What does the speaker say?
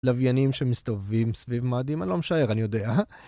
לוויינים שמסתובבים סביב מאדים, אני לא משער, אני יודע.